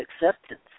acceptance